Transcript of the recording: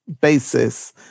basis